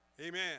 Amen